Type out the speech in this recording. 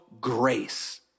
grace